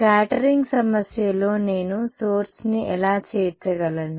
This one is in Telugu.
స్కాటరింగ్ సమస్యలో నేను సోర్స్ ని ఎలా చేర్చగలను